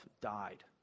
died